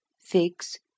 figs